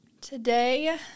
Today